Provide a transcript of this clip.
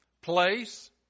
place